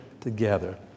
together